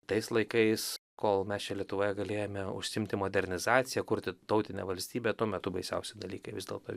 tais laikais kol mes čia lietuvoje galėjome užsiimti modernizacija kurti tautinę valstybę tuo metu baisiausi dalykai vis dėlto